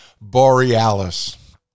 Borealis